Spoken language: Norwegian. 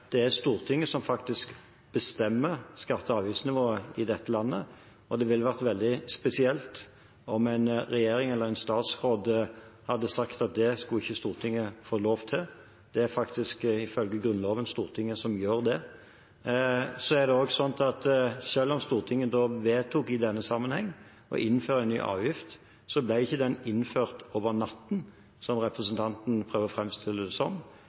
Stortinget som bestemmer skatte- og avgiftsnivået i dette landet – det ville vært veldig spesielt om en regjering eller en statsråd hadde sagt at det skulle Stortinget ikke få lov til. Det er ifølge Grunnloven Stortinget som gjør det. Så er det også slik at selv om Stortinget i denne sammenheng vedtok å innføre en ny avgift, ble den ikke innført «over natten», som representanten prøver å framstille det som.